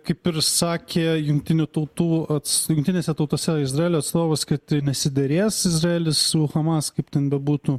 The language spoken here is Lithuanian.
kaip ir sakė jungtinių tautų ats jungtinėse tautose izraelio atstovas kad nesiderės izraelis su hamas kaip ten bebūtų